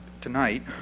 tonight